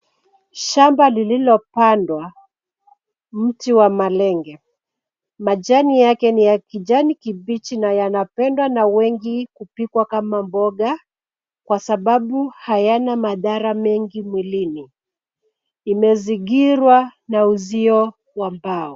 Shamba lililopandwa mchi wa malenge. Majani yake ni ya kijani kibichi na yanapendwa na wengi kupikwa kama mboga kwa sababu hayana madhara mengi mwilini. Imezingirwa na uzio wa mbao.